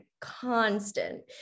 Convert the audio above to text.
constant